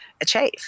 achieve